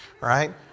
Right